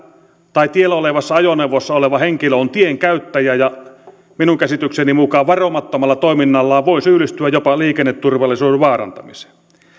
tai tiellä olevassa ajoneuvossa oleva henkilö on tien käyttäjä ja minun käsitykseni mukaan varomattomalla toiminnallaan voi syyllistyä jopa liikenneturvallisuuden vaarantamiseen